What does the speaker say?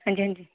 ਹਾਂਜੀ ਹਾਂਜੀ